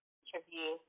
interview